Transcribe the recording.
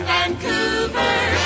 Vancouver